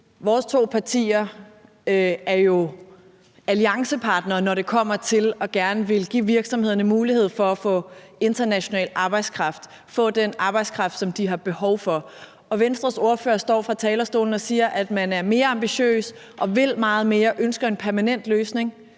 vores to partier er jo alliancepartnere, når det kommer til gerne at ville give virksomhederne mulighed for at få international arbejdskraft og få den arbejdskraft, som de har behov for. Venstres ordfører står fra talerstolen og siger, at man er mere ambitiøs, vil meget mere og ønsker en permanent løsning.